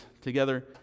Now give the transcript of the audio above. together